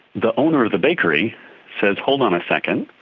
the owner of the bakery says, hold on a second,